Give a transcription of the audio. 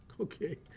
Okay